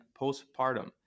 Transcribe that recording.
postpartum